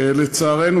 לצערנו,